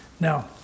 now